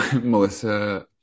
melissa